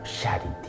charity